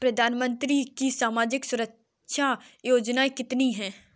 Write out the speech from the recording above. प्रधानमंत्री की सामाजिक सुरक्षा योजनाएँ कितनी हैं?